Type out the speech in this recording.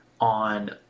on